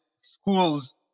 schools